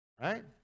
Right